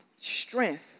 strength